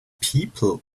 people